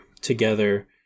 together